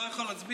ההצעה